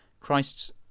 Christ's